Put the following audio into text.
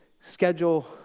schedule